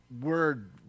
word